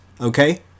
okay